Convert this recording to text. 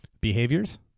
behaviors